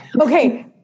okay